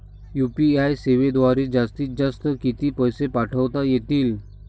UPI सेवेद्वारे जास्तीत जास्त किती पैसे पाठवता येतील?